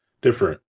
different